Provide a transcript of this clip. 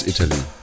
Italy